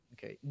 Okay